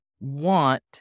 want